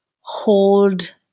hold